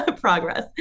progress